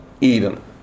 Eden